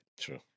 True